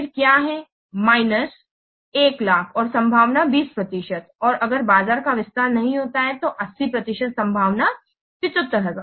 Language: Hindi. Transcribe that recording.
फिर क्या है माइनस 100000 और संभावना 20 प्रतिशत है और अगर बाजार का विस्तार नहीं होता है तो 80 प्रतिशत संभावना 75000